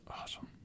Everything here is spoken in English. Awesome